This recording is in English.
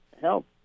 help